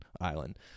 island